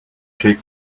jake